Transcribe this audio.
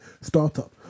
startup